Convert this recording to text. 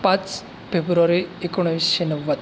पाच फेब्रुवारी एकोणावीसशे नव्वद